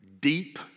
deep